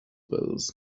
bills